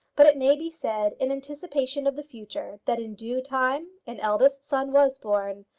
but it may be said, in anticipation of the future, that in due time an eldest son was born,